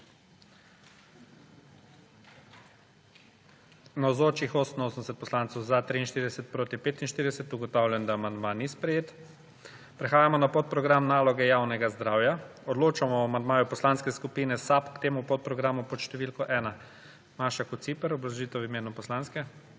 45. (Za je glasovalo 43.) (Proti 45.) Ugotavljam, da amandma ni sprejet. Prehajamo na podprogram Naloge javnega zdravja. Odločamo o amandmaju Poslanske skupine SAB k temu podprogramu pod številko 1. Maša Kociper, obrazložitev v imenu poslanske